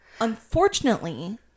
Unfortunately